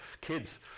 kids